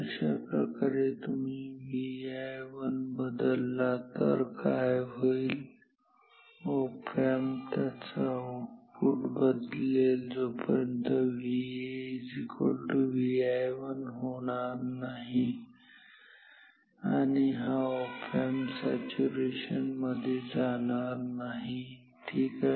अशाप्रकारे जर तुम्ही Vi1 बदलला तर काय होईल ऑप एम्प त्याच आउटपुट बदलेल जोपर्यंत VAVi1 होणार नाही आणि हा ऑप एम्प सॅच्युरेशन मध्ये जाणार नाही ठीक आहे